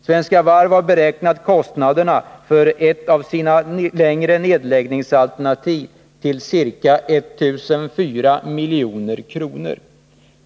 Svenska Varv har beräknat kostnaderna för ett av sina längre nedläggningsalternativ till ca 1004 milj.kr.